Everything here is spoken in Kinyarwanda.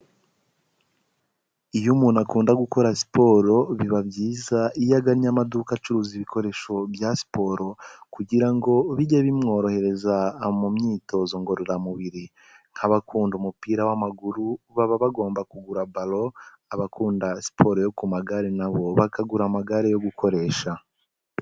Iyo umuntu akunda gukora siporo biba byiza iyo agannye amaduka acuruza ibikoresho bya siporo, kugira ngo bijye bimworohereza mu myitozo ngororamubiri. Nk'abakunda umupira w'maguru baba bagomba kugura ballon, abakunda siporo yo ku magare nabo bakagura amagare yo gukoresha.